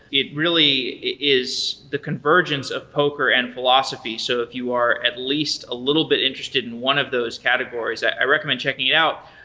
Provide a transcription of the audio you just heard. it really is the convergence of poker and philosophy. so if you are at least a little bit interested in one of those categories, i recommend checking it out.